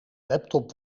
laptop